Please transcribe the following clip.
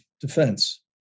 defense